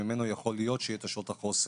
שממנו יכול להיות שיהיו שעות חוסר.